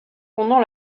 pendant